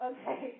Okay